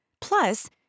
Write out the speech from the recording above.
Plus